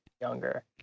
younger